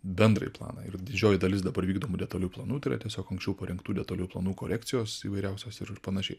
bendrąjį planą ir didžioji dalis dabar vykdomų detaliųjų planų tai yra tiesiog anksčiau parengtų detaliųjų planų korekcijos įvairiausios ir ir panašiai